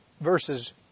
versus